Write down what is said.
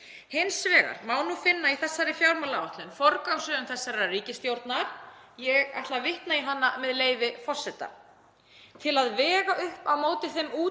Hins vegar má nú finna í þessari fjármálaáætlun forgangsröðun þessarar ríkisstjórnar. Ég ætla að vitna í hana, með leyfi forseta: „Til að vega upp á móti þeim útgjaldaauka,